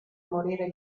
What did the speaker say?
morire